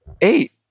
Eight